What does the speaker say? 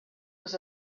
was